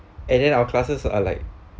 and then our classes are like